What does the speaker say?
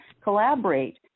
collaborate